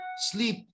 sleep